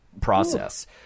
Process